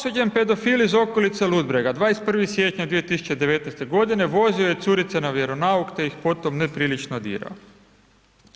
Osuđen pedofil iz okolice Ludbrega, 21. siječnja 2019. godine, vozio je curice na vjeronauk te ih potom neprilično dirao.